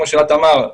כמו שלהט אמר,